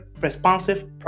responsive